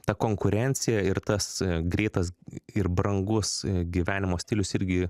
ta konkurencija ir tas greitas ir brangus gyvenimo stilius irgi